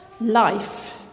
Life